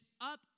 up